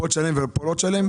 כאן תשלם וכאן לא תשלם?